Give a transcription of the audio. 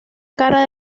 cara